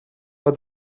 but